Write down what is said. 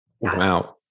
Wow